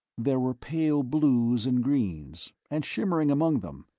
there were pale blues and greens and, shimmering among them,